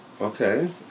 Okay